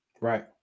Right